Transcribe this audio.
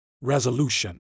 resolution